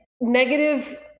negative